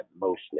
mostly